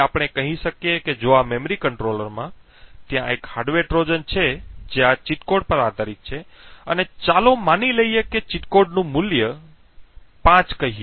હવે આપણે કહી શકીએ કે જો આ મેમરી કંટ્રોલરમાં ત્યાં એક હાર્ડવેર ટ્રોજન છે જે આ ચીટ કોડ પર આધારિત છે અને ચાલો માની લઈએ કે ચીટ કોડનું મૂલ્ય ચાલો આપણે 5 કહીએ